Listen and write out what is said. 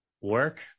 Work